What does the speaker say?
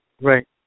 Right